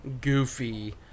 goofy